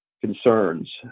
concerns